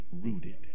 rooted